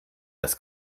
das